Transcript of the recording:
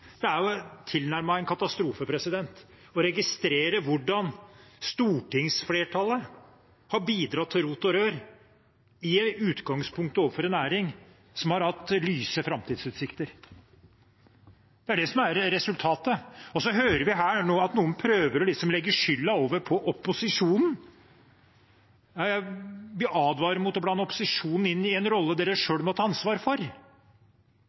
Det er tilnærmet en katastrofe å registrere hvordan stortingsflertallet i utgangspunktet har bidratt til rot og rør overfor en næring som har hatt lyse framtidsutsikter. Det er det som er resultatet. Så hører vi nå at noen liksom prøver å legge skylden på opposisjonen. Jeg vil advare mot å blande opposisjonen inn i en rolle de selv må ta ansvar for.